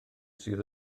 sydd